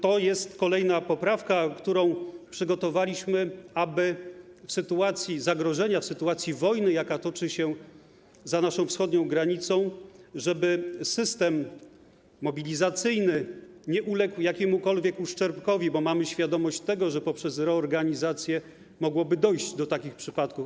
To jest kolejna poprawka, którą przygotowaliśmy, aby w sytuacji zagrożenia, w sytuacji wojny, jaka toczy się za naszą wschodnią granicą, system mobilizacyjny nie uległ jakiemukolwiek uszczerbkowi, bo mamy świadomość, że poprzez reorganizację mogłoby dojść do takich przypadków.